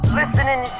listening